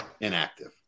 inactive